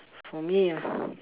for me ah